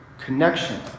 connection